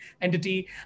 entity